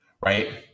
Right